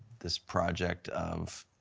this project of